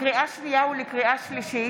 לקריאה שנייה ולקריאה שלישית,